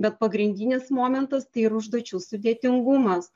bet pagrindinis momentas tai ir užduočių sudėtingumas